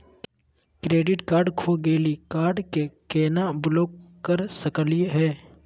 Credit card खो गैली, card क केना ब्लॉक कर सकली हे?